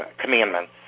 commandments